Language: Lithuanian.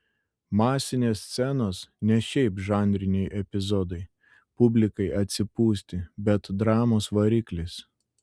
masinės scenos ne šiaip žanriniai epizodai publikai atsipūsti bet dramos variklis